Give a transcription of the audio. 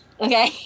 Okay